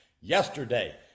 yesterday